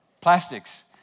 Plastics